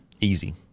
Easy